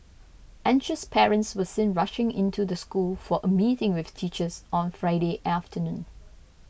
anxious parents were seen rushing into the school for a meeting with teachers on Friday afternoon